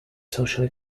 socially